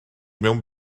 mewn